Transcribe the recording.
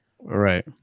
Right